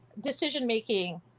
decision-making